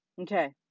Okay